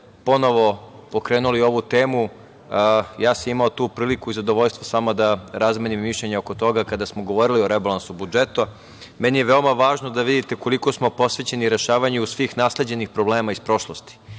ponovo pokrenuli ovu temu. Ja sam imao tu priliku i zadovoljstvo sa vama da razmenim mišljenje oko toga kada smo govorili o rebalansu budžeta. Meni je veoma važno da vidite koliko smo posvećeni rešavanju svih nasleđenih problema iz prošlosti.